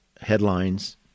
headlines